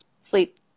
Sleep